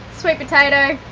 sweet potato,